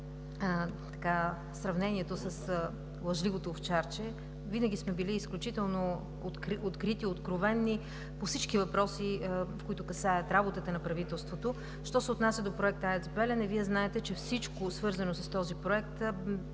сравнението с лъжливото овчарче. Винаги сме били изключително открити и откровени по всички въпроси, касаещи работата на правителството. Що се отнася до Проекта АЕЦ „Белене“, Вие знаете, че всичко, свързано с него,